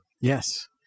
Yes